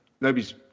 nobody's